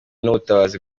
n’ubutabazi